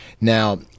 Now